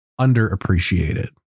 underappreciated